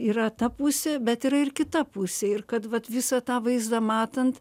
yra ta pusė bet yra ir kita pusė ir kad vat visą tą vaizdą matant